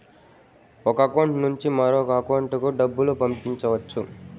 ఒక అకౌంట్ నుండి వేరొక అకౌంట్ లోకి డబ్బులు పంపించవచ్చు